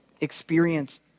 experience